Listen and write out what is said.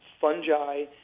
fungi